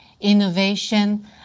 innovation